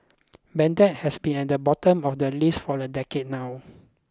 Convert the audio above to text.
Baghdad has been at the bottom of the list for a decade now